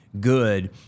good